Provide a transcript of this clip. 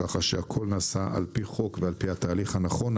כך שהכול נעשה על פי חוק ועל פי התהליך הנכון,